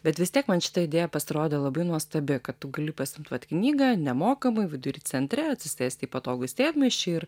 bet vis tiek man šita idėja pasirodė labai nuostabi kad tu gali pasiimt vat knygą nemokamai vidury centre atsisėst į patogų sėdmaišį ir